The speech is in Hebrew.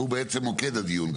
והוא בעצם מוקד הדיון.